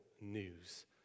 news